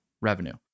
revenue